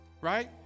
right